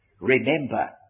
Remember